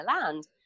land